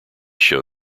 show